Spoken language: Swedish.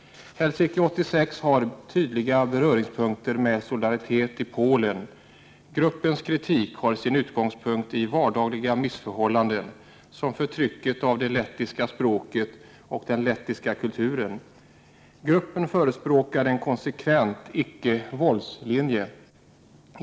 ”Helsinki 86” har tydliga beröringspunkter med Solidaritet i Polen. Gruppens kritik har sin utgångspunkt i vardagliga missförhållanden, som förtrycket av det lettiska språket och den lettiska kulturen. Gruppen förespråkar en konsekvent icke-våldslinje.